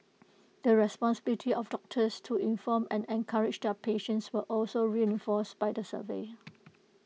the responsibility of doctors to inform and encourage their patients were also reinforced by the survey